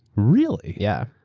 really? yeah.